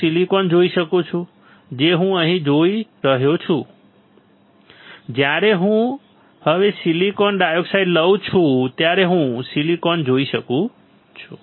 હું સિલિકોન જોઈ શકું છું જે હું અહીં જોઈ રહ્યો છું જ્યારે હું હવે સિલિકોન ડાયોક્સાઇડ લઉં છું ત્યારે હું સિલિકોન જોઈ શકું છું